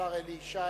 השר אלי ישי,